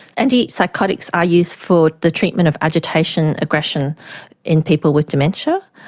antipsychotics are used for the treatment of agitation, aggression in people with dementia.